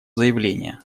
заявление